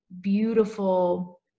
beautiful